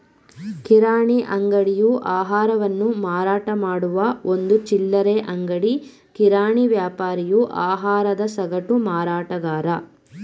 ಕಿರಾಣಿ ಅಂಗಡಿಯು ಆಹಾರವನ್ನು ಮಾರಾಟಮಾಡುವ ಒಂದು ಚಿಲ್ಲರೆ ಅಂಗಡಿ ಕಿರಾಣಿ ವ್ಯಾಪಾರಿಯು ಆಹಾರದ ಸಗಟು ಮಾರಾಟಗಾರ